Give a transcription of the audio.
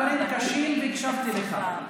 אני הקשבתי לך.